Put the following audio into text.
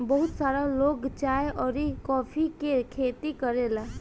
बहुत सारा लोग चाय अउरी कॉफ़ी के खेती करेला